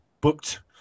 booked